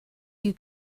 you